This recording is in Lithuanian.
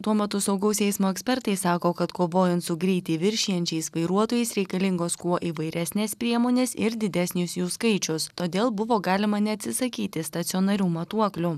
tuo matu saugaus eismo ekspertai sako kad kovojant su greitį viršijančiais vairuotojais reikalingos kuo įvairesnės priemonės ir didesnis jų skaičius todėl buvo galima neatsisakyti stacionarių matuoklių